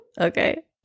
Okay